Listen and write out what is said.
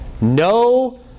No